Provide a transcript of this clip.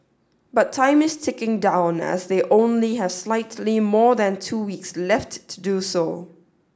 but time is ticking down as they only have slightly more than two weeks left to do so